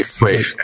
wait